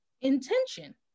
Intention